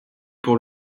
pour